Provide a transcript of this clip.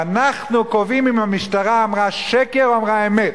ואנחנו קובעים אם המשטרה אמרה שקר או אמרה אמת.